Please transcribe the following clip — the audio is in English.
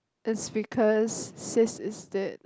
is because sis is dead